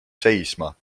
seisma